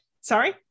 Sorry